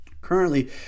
Currently